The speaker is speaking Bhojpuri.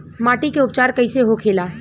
माटी के उपचार कैसे होखे ला?